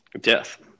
Death